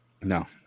No